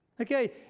Okay